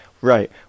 right